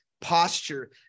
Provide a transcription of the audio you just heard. posture